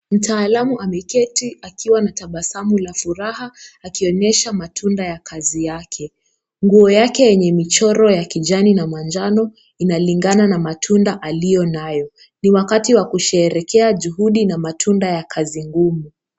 Mtaalamu ameketi akiwa na tabasamu la furaha akionyesha matunda ya kazi yake, nguo yake yenye michoro ya kijani na manjano inalingana na matunda aliyo nayo, ni wakati wa kusherehekea juhudi na matunda ya kazi ngumu.